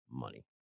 money